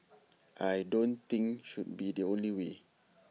I don't think should be the only way